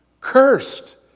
cursed